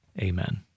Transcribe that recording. Amen